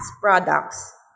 products